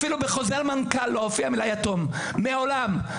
אפילו בחוזר מנכ"ל לא הופיעה המילה "יתום" מעולם.